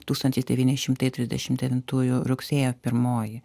tūkstantis devyni šimtai trisdešimt devintųjų rugsėjo pirmoji